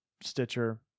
Stitcher